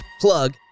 Plug